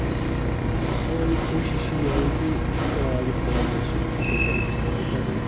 سٲنۍ کوٗشِش چھِ یِہٕے کہِ یہِ فون گژھِ یُن اَصٕل طریٖقہٕ اِستعمال کَرنہٕ